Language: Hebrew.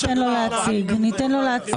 מגדל אחד של תעסוקה בתל אביב,